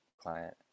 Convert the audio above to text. client